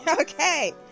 Okay